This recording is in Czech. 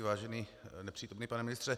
Vážený nepřítomný pane ministře.